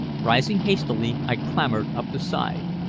rising hastily, i clambered up the side.